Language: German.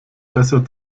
besser